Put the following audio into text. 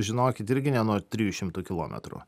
žinokit irgi ne nuo trijų šimtų kilometrų